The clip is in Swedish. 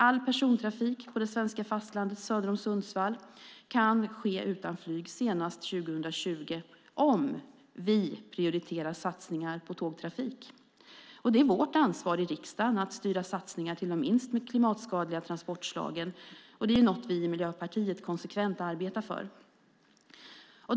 All persontrafik på det svenska fastlandet söder om Sundsvall kan ske utan flyg senast 2020 om vi prioriterar satsningar på tågtrafik. Det är vårt ansvar i riksdagen att styra satsningar till de minst klimatskadliga transportslagen. Det är något vi i Miljöpartiet konsekvent arbetar för.